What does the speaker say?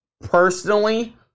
personally